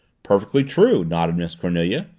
perfectly true, nodded miss cornelia.